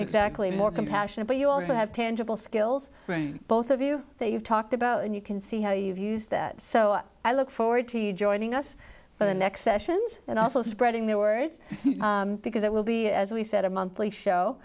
exactly more compassionate but you also have tangible skills both of you that you've talked about and you can see how you've used that so i look forward to you joining us for the next sessions and also spreading the word because it will be as we said a monthly show